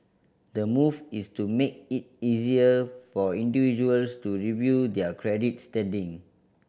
the move is to make it easier for individuals to review their credit standing